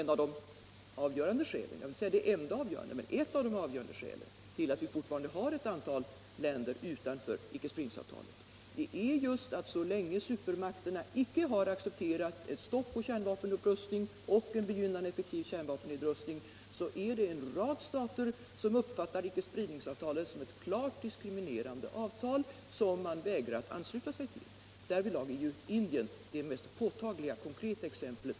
Ett av de avgörande skälen — jag vill inte säga att det är det enda avgörande =— till att vi ännu har ett antal länder utanför icke-spridningsavtalet är just att så länge supermakterna icke har accepterat ett stopp för kärnvapenupprustning och en begynnande, effektiv kärnvapennedrustning uppfattar en rad stater icke-spridningsavtalet som ett klart diskriminerande avtal, som de vägrar att ansluta sig till. Därvidlag är Indien det mest påtagliga, konkreta exemplet.